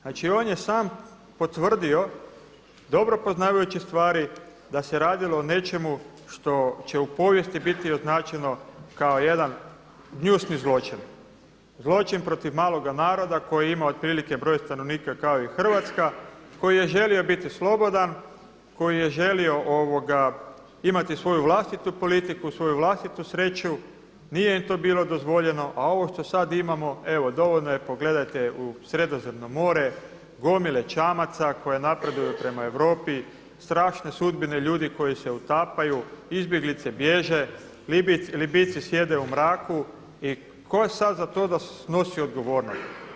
Znači on je sam potvrdio dobro poznavajući stvari da se radilo o nečemu što će u povijesti biti označeno kao jedan gnjusni zločin, zločin protiv maloga naroda koji ima otprilike broj stanovnika kao i Hrvatska koji je želio biti slobodan, koji je želio imati svoju vlastitu politiku, svoju vlastitu sreću nije im to bilo dozvoljeno a ovo što sad imamo evo dovoljno je pogledajte u Sredozemno more gomile čamaca koje napreduju prema Europi, strašne sudbine ljudi koji su utapaju, izbjeglice bježe, Libijci sjede u mraku i ko sad za to da snosi odgovornost?